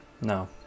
No